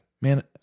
man